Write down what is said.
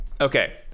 Okay